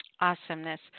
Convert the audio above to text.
awesomeness